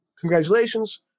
congratulations